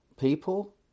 people